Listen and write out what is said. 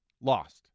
lost